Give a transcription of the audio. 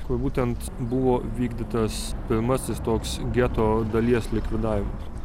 kur būtent buvo vykdytas pirmasis toks geto dalies likvidavimas